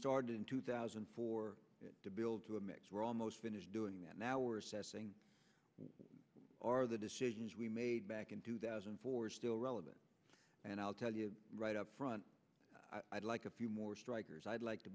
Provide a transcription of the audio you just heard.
started in two thousand and four to build to the mix we're almost finished doing that now or assessing are the decisions we made back in two thousand and four is still relevant and i'll tell you right up front i'd like a few more strikers i'd like to